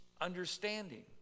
understanding